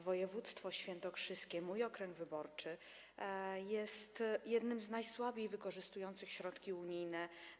Województwo świętokrzyskie, mój okręg wyborczy, jest jednym z regionów najsłabiej wykorzystujących środki unijne.